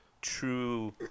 true